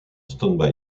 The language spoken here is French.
stand